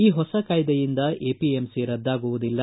ಈ ಹೊಸ ಕಾಯ್ದೆಯಿಂದ ಎಪಿಎಂಸಿ ರದ್ದಾಗುವುದಿಲ್ಲ